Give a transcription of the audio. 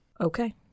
Okay